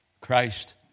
Christ